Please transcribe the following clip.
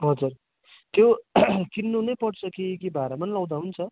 हजुर त्यो किन्नु नै पर्छ कि भाडामा पनि लाउँदा हुन्छ